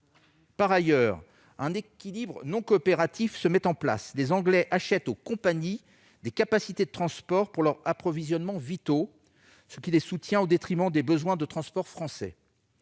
Par ailleurs, un équilibre non coopératif se met en place. Les Anglais achètent aux compagnies des capacités de transport pour leurs approvisionnements vitaux, les faisant ainsi bénéficier d'une forme de soutien au détriment des besoins de transport français.